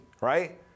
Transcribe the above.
right